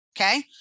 okay